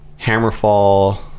Hammerfall